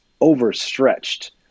overstretched